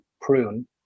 prune